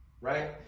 right